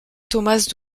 tomáš